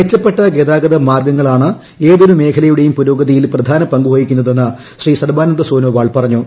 മെച്ചപ്പെട്ട ഗതാഗത മാർഗ്ഗങ്ങളാണ് ഏതൊരു മേഖ്യില്യുട്ടെയും പുരോഗതിയിൽ പ്രധാനപങ്കുവഹിക്കുന്നതെന്ന് ശ്രീ സ്ട്ർബാനന്ദ സോനോവാൾ പറഞ്ഞു